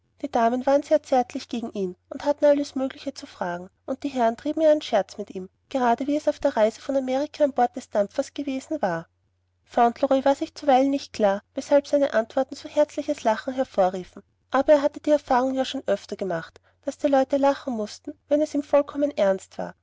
die damen waren sehr zärtlich gegen ihn und hatten alles mögliche zu fragen und die herren trieben ihren scherz mit ihm gerade wie es auf der reise von amerika an bord des dampfers gewesen war fauntleroy war sich zuweilen nicht klar weshalb seine antworten so herzliches lachen hervorriefen aber er hatte die erfahrung ja schon öfter gemacht daß die leute lachen mußten wenn es ihm vollkommen ernst war